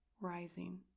rising